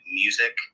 music